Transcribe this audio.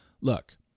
look